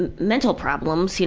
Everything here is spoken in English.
and mental problems. you